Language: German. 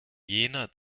jener